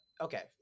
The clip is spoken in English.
Okay